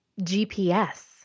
GPS